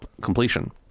completion